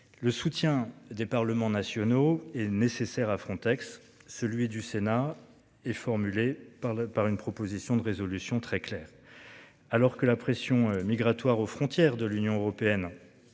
Le soutien des parlements nationaux et nécessaire à Frontex, celui du Sénat et formulée par le, par une proposition de résolution très clair. Alors que la pression migratoire aux frontières de l'Union européenne.